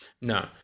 no